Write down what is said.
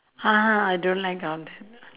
ah I don't like all that